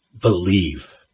believe